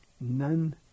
None